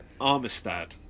Armistad